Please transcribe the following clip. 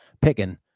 picking